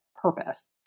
purpose